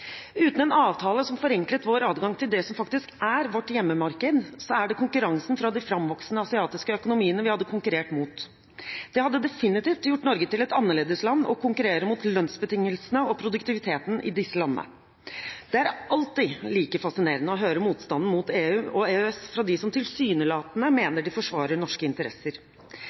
uten en avtale som forenklet vår adgang til det som faktisk er vårt hjemmemarked, er det konkurransen fra de framvoksende asiatiske økonomiene vi hadde konkurrert mot. Det hadde definitivt gjort Norge til et annerledesland å konkurrere mot lønnsbetingelsene og produktiviteten i disse landene. Det er alltid like fascinerende å høre motstanden mot EU og EØS fra dem som tilsynelatende